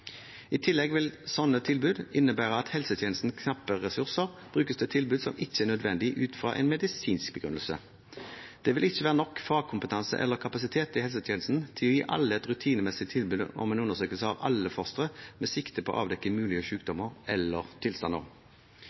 I tillegg vil slike tilbud innebære at helsetjenestens knappe ressurser brukes til tilbud som ikke er nødvendige ut fra en medisinsk begrunnelse. Det vil ikke være nok fagkompetanse eller kapasitet i helsetjenesten til å gi alle et rutinemessig tilbud om en undersøkelse av alle fostre med sikte på å avdekke mulige sykdommer eller tilstander.